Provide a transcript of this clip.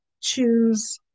choose